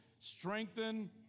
strengthen